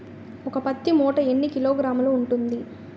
ఒక పత్తి మూట ఎన్ని కిలోగ్రాములు ఉంటుంది?